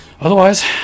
Otherwise